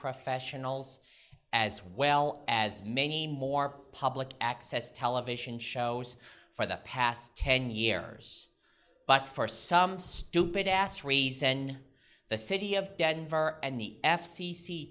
professionals as well as many more public access television shows for the past ten years but for some stupid ass reason the city of denver and the f